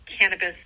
cannabis